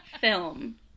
film